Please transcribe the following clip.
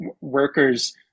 workers